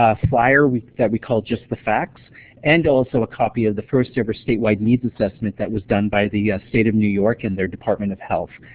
ah flier that we call just the facts and also a copy of the first ever statewide needs assessment that was done by the state of new york and their department of health.